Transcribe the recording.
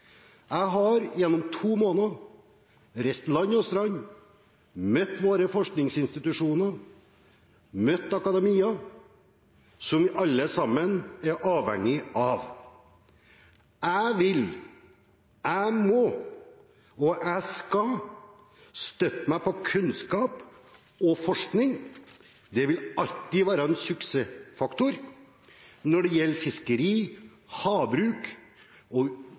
Jeg har gjennom to måneder reist land og strand rundt, møtt våre forskningsinstitusjoner, møtt akademia, som vi alle sammen er avhengige av. Jeg vil, jeg må, og jeg skal støtte meg på kunnskap og forskning. Det vil alltid være en suksessfaktor når det gjelder fiskeri, havbruk og